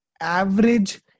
average